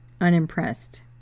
unimpressed